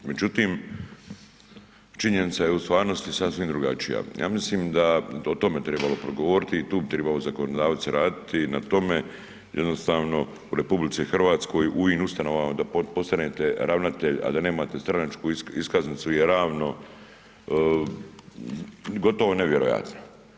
Međutim, činjenica je u stvarnosti sasvim drugačija, ja mislim da bi o tome trebalo progovoriti i tu bi tribao zakonodavac raditi na tome jednostavno u RH u ovim ustanovama da postanete ravnatelj, a da nemate stranačku iskaznicu je ravno gotovo nevjerojatno.